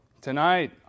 Tonight